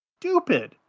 stupid